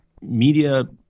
media